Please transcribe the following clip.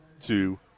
two